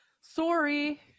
Sorry